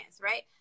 right